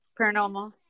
Paranormal